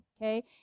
okay